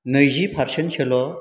नैजि फारसेनसोल'